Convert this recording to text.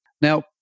Now